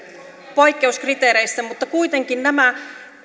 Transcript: poikkeuskriteereissä mutta kuitenkin